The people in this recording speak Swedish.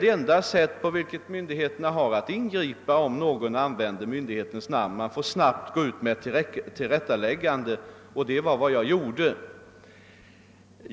Det enda sätt på vilket myndigheterna har att ingripa, om någon använder myndighets namn, är att snabbt gå ut med ett tillrättaläggande, och det var vad jag gjorde.